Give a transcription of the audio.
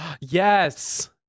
yes